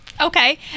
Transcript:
okay